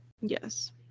Yes